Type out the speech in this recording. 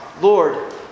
Lord